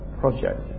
project